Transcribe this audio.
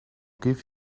give